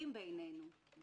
המילים שלכם,